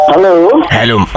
Hello